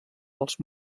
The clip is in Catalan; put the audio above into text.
als